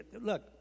Look